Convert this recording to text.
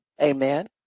Amen